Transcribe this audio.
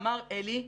אמר עלי,